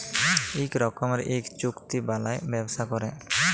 ইক রকমের ইক চুক্তি বালায় ব্যবসা ক্যরে